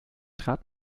trat